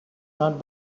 not